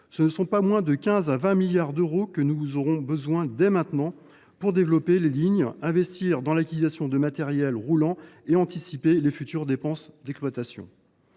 du COI, pas moins de 15 milliards à 20 milliards d’euros sont nécessaires dès maintenant pour développer les lignes, investir dans l’acquisition de matériel roulant et anticiper les futures dépenses d’exploitation.